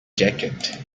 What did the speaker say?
jacket